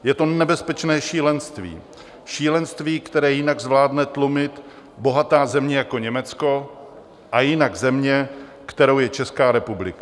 Je to nebezpečné šílenství, které jinak zvládne tlumit bohatá země jako Německo a jinak země, kterou je Česká republika.